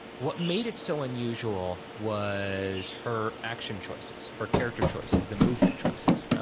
what made it so unusual was her action choices, her character choices, the movement choices.